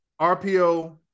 RPO